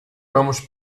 vamos